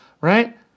right